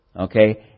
Okay